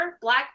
Black